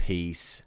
Peace